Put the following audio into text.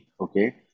okay